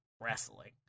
wrestling